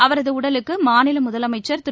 அவரது உடலுக்கு மாநில முதலமைச்சர் திரு